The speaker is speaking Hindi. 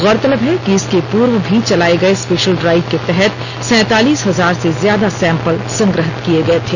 गौरतलब है कि इसके पूर्व भी चलाए गए स्पेशल ड्राइव के तहत सैंतालीस हजार से ज्यादा सैम्पल संग्रहित किए गए थे